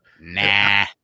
Nah